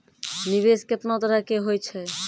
निवेश केतना तरह के होय छै?